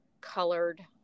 Colored